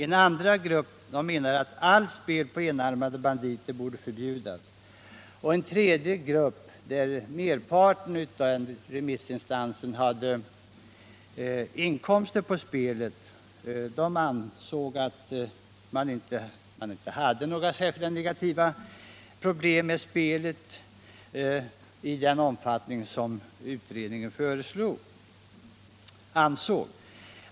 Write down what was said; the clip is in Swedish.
En annan grupp menar att allt spel på enarmade banditer bör förbjudas, och en tredje grupp —- där har merparten inkomster av spelet — anser att man kan komma till rätta med spelets negativa följder utan att begränsa det så hårt som utredningen föreslår.